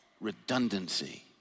Redundancy